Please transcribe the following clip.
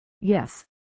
Yes